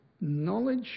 knowledge